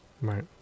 Right